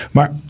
Maar